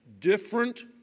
different